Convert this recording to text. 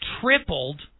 tripled